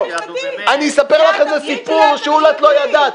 אני אספר לכם סיפור שאולי את לא יודעת.